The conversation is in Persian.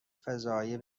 فضایی